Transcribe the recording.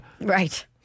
Right